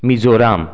Mizoram